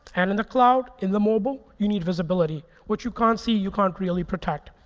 and in the cloud, in the mobile, you need visibility. what you can't see, you can't really protect.